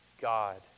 God